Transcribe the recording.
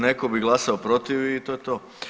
Netko bi glasovao protiv i to je to.